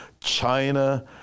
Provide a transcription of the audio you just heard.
China